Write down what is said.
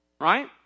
right